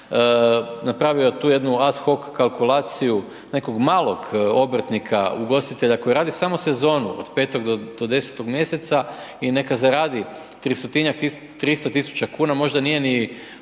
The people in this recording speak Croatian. napravio tu jednu ad hoc kalkulaciju nekog malog obrtnika ugostitelja koji radi samo sezonu od petog do desetog mjeseca i neka zaradi 300.000,00 kn, možda nije ni